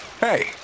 Hey